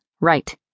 right